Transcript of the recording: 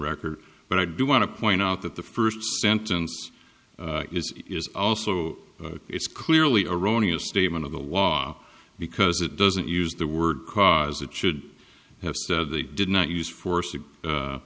record but i do want to point out that the first sentence is also it's clearly erroneous statement of the law because it doesn't use the word cause it should have said they did not use force